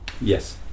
Yes